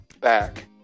back